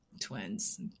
twins